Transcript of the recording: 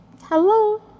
Hello